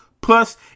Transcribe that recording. plus